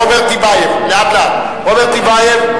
(קוראת בשמות חברי הכנסת) רוברט טיבייב,